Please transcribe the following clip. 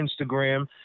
Instagram